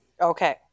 Okay